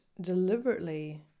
deliberately